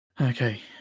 Okay